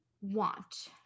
want